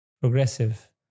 progressive